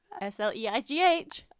S-L-E-I-G-H